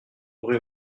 rue